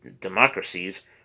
democracies